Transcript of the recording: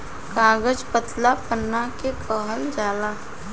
कागज पतला पन्ना के कहल जाला